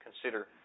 consider